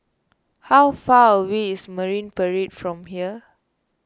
how far away is Marine Parade from here